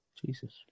Jesus